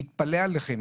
אני מתפלא עליכם.